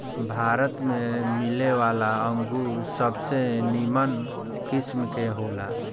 भारत में मिलेवाला अंगूर सबसे निमन किस्म के होला